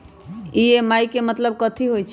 EMI के मतलब कथी होई?